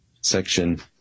section